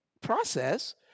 process